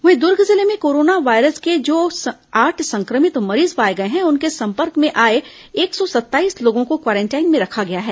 वहीं दूर्ग जिले में कोरोना वायरस के जो आठ पाए गए हैं उनके संपर्क में आए एक सौ सत्ताईस लोगों को क्वारेंटाइन में रखा गया है